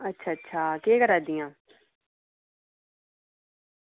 अच्छा अच्छा केह् करा दियां